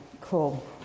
cool